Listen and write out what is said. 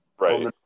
Right